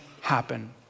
happen